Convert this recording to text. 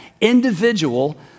individual